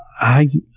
i,